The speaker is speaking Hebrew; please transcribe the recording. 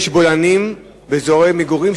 יש בולענים באזורי מגורים,